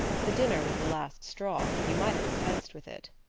the dinner was the last straw you might have dispensed with it.